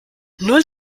null